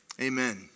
Amen